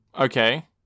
Okay